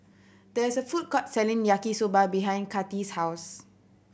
there's a food court selling Yaki Soba behind Cathi's house